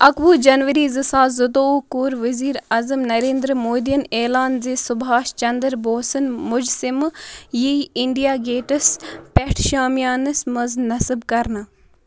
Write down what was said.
اَکہٕ وُہ جنؤری زٕ ساس زٕتووُہ کوٚر ؤزیٖر اعظم نریندر مودِیَن اعلان زِ سُبہاش چندر بوسن مُجسِمہٕ یِیہِ اِنڈیا گیٹَس پٮ۪ٹھ شامیانَس منٛز نصب کرنہٕ